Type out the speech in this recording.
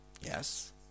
Yes